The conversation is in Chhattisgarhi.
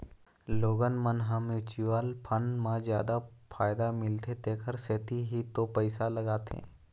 लोगन मन ह म्युचुअल फंड म जादा फायदा मिलथे तेखर सेती ही तो पइसा लगाथे